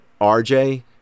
RJ